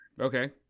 okay